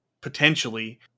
potentially